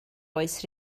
oes